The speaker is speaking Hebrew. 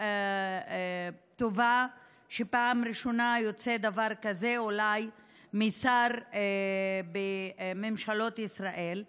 אולי פעם ראשונה שיוצא דבר כזה משר בממשלות ישראל.